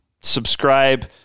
subscribe